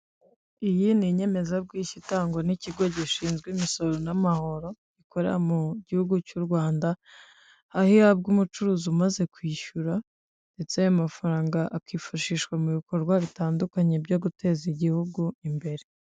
Iyi ni inyemezabwishyu itangwa n'ikigo gishinzwe imisoro n'amahoro, gikorera mu gihugu cy'u Rwanda aho ihabwa umucuruzi umaze kwishyura, ndetse ayo mafaranga akifashishwa mu bikorwa bitandukanye byo guteza igihugu imbere.